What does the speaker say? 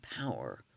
power